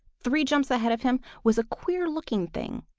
three jumps ahead of him was a queer-looking thing.